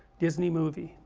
disney movie,